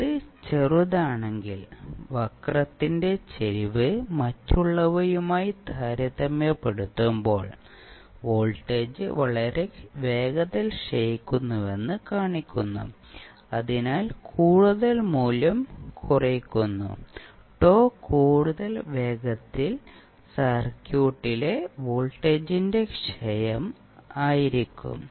ഇത് ചെറുതാണെങ്കിൽ വക്രത്തിന്റെ ചരിവ് മറ്റുള്ളവയുമായി താരതമ്യപ്പെടുത്തുമ്പോൾ വോൾട്ടേജ് വളരെ വേഗത്തിൽ ക്ഷയിക്കുന്നുവെന്ന് കാണിക്കുന്നു അതിനാൽ കൂടുതൽ മൂല്യം കുറയ്ക്കുന്നു τ കൂടുതൽ വേഗത്തിൽ സർക്യൂട്ടിലെ വോൾട്ടേജിന്റെ ക്ഷയം ആയിരിക്കും